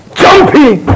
jumping